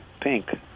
pink